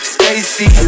Stacy